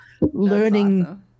learning